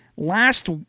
Last